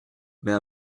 mais